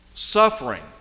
Suffering